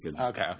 okay